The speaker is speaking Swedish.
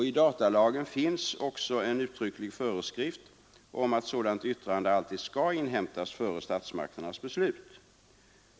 I datalagen finns också en uttrycklig föreskrift om att sådant yttrande alltid skall inhämtas före statsmakternas beslut.